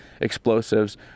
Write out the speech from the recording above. explosives